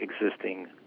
existing